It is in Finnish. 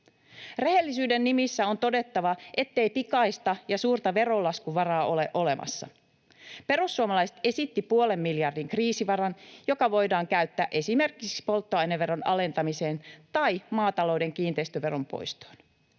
Rehellisyyden nimissä on todettava, ettei pikaista ja suurta veronlaskuvaraa ole olemassa. Perussuomalaiset esittivät puolen miljardin kriisivaran, joka voidaan käyttää esimerkiksi polttoaineveron alentamiseen tai maatalouden kiinteistöveron poistoon.